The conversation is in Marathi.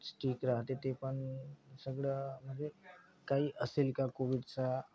स्टिक राहते ते पण सगळं म्हणजे काही असेल का कोविडचा